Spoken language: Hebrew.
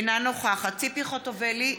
אינה נוכחת ציפי חוטובלי,